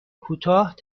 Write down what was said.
کوتاه